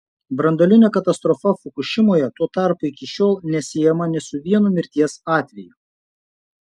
branduolinė katastrofa fukušimoje tuo tarpu iki šiol nesiejama nė su vienu mirties atveju